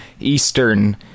Eastern